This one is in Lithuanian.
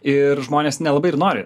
ir žmonės nelabai ir nori